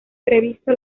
previsto